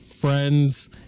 friends